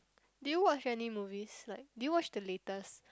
did you watch any movies like did you watch the latest